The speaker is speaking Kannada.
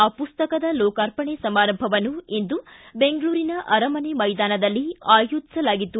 ಆ ಪುಸ್ತಕದ ಲೋಕಾರ್ಪಣೆ ಸಮಾರಂಭವನ್ನು ಇಂದು ಬೆಂಗಳೂರಿನ ಅರಮನೆ ಮೈದಾನದಲ್ಲಿ ಆಯೋಜಿಸಲಾಗಿತ್ತು